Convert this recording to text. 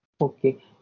Okay